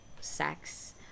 sex